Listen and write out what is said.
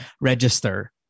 register